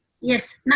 Yes